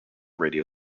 radio